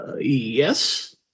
yes